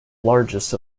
largest